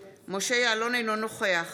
יעלון, אינו נוכח